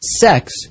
sex